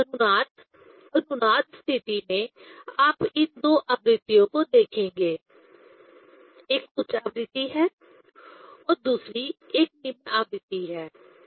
तो यह अनुनाद अनुनाद स्थिति में आप इन दो आवृत्तियों को देखेंगे एक उच्च आवृत्ति है और दूसरी एक निम्न आवृत्ति है